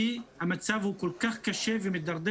כי המצב הוא כל כך קשה ומדרדר.